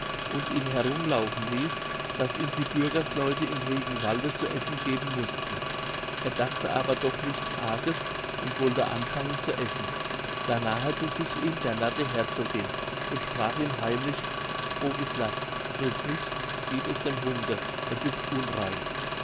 und ihn herum laufen ließ daß ihm die bürgersleute in rügenwalde zu essen geben mußten er dachte aber doch nichts arges und wollte anfangen zu essen da nahete sich ihm der narr der herzogin und sprach ihm heimlich bogislav friß nicht gib es dem hunde es ist unrein